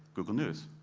google news.